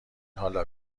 حالا